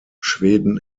schweden